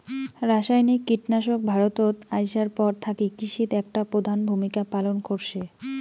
রাসায়নিক কীটনাশক ভারতত আইসার পর থাকি কৃষিত একটা প্রধান ভূমিকা পালন করসে